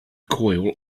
coyle